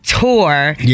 Tour